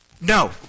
No